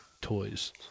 toys